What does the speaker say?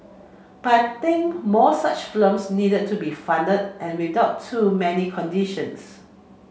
but I think more such films need to be funded and without too many conditions